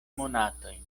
monatojn